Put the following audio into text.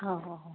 হয় হয় হয়